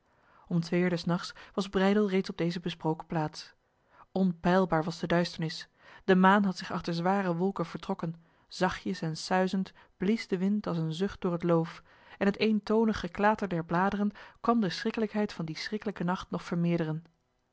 om twee uur des nachts was breydel reeds op deze besproken plaats onpeilbaar was de duisternis de maan had zich achter zware wolken vertrokken zachtjes en suizend blies de wind als een zucht door het loof en het eentonig geklater der bladeren kwam de schriklijkheid van die schrikkelijke nacht nog vermeerderen